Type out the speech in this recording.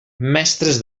mestres